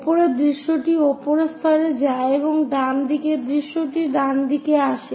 উপরের দৃশ্যটি উপরের স্তরে যায় এবং ডান দিকের দৃশ্যটি ডানদিকে আসে